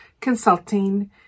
consulting